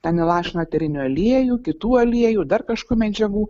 ten įlašina eterinių aliejų kitų aliejų dar kažkokių medžiagų